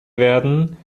werden